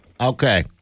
Okay